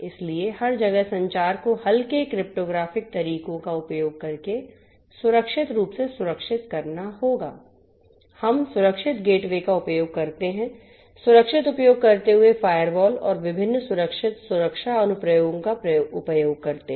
इसलिए हर जगह संचार को हल्के क्रिप्टोग्राफिक तरीकों का उपयोग करके सुरक्षित रूप से सुरक्षित करना होगा हम सुरक्षित गेटवे का उपयोग करते हैं सुरक्षित उपयोग करते हुए फायरवॉल और विभिन्न सुरक्षित सुरक्षा अनुप्रयोगों का उपयोग करते हैं